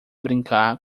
brincar